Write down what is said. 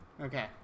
okay